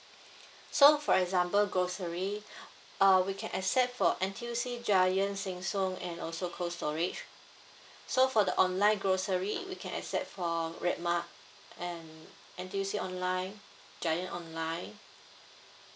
so for example grocery uh we can accept for N_T_U_C giant sheng siong and also cold storage so for the online grocery we can accept for red mart and N_T_U_C online giant online